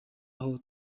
aho